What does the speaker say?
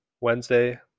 Wednesday